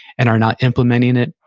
and are not implementing it,